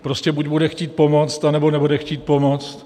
Prostě buď bude chtít pomoct, anebo nebude chtít pomoc.